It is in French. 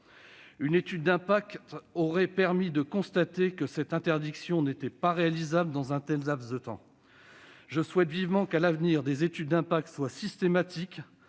Une étude d'impact aurait permis de constater que cette interdiction n'était pas réalisable dans un tel laps de temps. Je souhaite vivement qu'à l'avenir l'on rende les études d'impact systématiques,